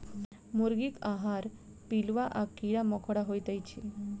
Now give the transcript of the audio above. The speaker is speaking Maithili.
मुर्गीक आहार पिलुआ आ कीड़ा मकोड़ा होइत अछि